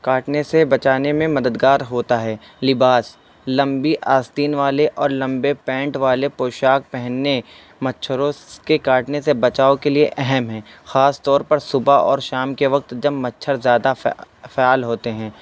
کاٹنے سے بچانے میں مددگار ہوتا ہے لباس لمبی آستین والے اور لمبے پینٹ والے پوشاک پہننے مچھروں کے کاٹنے سے بچاؤ کے لیے اہم ہیں خاص طور پر صبح اور شام کے وقت جب مچھر زیادہ فعال ہوتے ہیں